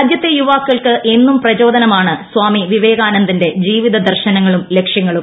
രാജ്യത്തെ യുവാക്കൾക്ക് എന്നും പ്രചോദനമാണ് സ്വാമി വിവേകാനന്ദന്റെ ജീവിത ലക്ഷ്യങ്ങളും